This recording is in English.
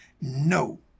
No